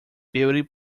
beauty